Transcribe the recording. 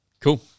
Cool